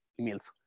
emails